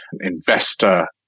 investor